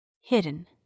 hidden